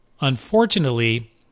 Unfortunately